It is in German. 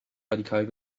radikal